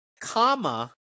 comma